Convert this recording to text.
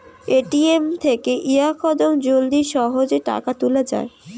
ATM থেকে ইয়াকদম জলদি সহজে টাকা তুলে যায়